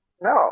No